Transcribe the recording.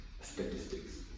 statistics